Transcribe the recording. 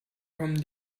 kommen